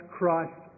Christ